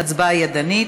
ההצבעה ידנית.